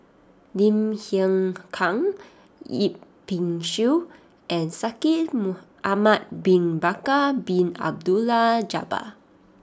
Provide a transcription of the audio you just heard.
Lim Hng Kiang Yip Pin Xiu and Shaikh Ahmad Bin Bakar Bin Abdullah Jabbar